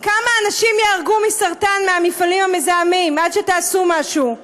כמה אנשים ייהרגו מסרטן מהמפעלים המזהמים עד שתעשו משהו?